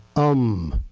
um.